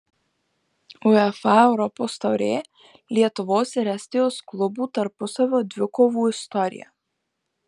uefa europos taurė lietuvos ir estijos klubų tarpusavio dvikovų istorija